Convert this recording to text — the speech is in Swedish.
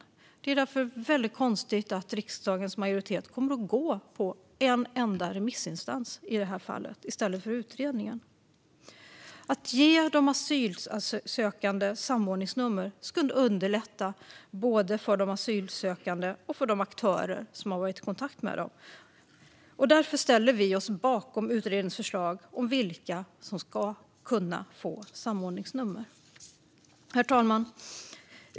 Det är därför väldigt konstigt att riksdagens majoritet kommer att gå på en enda remissinstans linje i det här fallet i stället för på utredningens förslag. Att ge de asylsökande samordningsnummer skulle underlätta både för de asylsökande och för de aktörer som har kontakt med dem. Därför ställer vi oss bakom utredningens förslag om vilka som ska kunna få samordningsnummer. Herr talman!